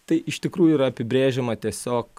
tai iš tikrųjų yra apibrėžiama tiesiog